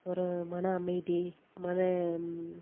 ஒரு மன அமைதி மனம்